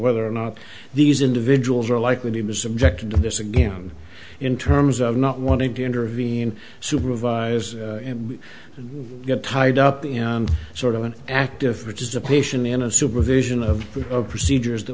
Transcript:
whether or not these individuals are likely to be subjected to this again in terms of not wanting to intervene supervise and get tied up in sort of an active participation in a supervision of procedures that